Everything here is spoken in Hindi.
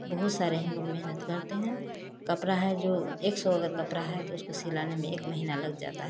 बहुत सारे हम लोग मेहनत करते हैं कपड़ा है जो एक सौ अगर कपड़ा है तो उसको सिलाने में एक महीना लग जाता है